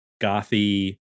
gothy